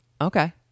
Okay